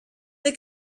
they